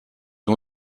ont